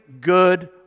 good